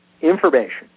information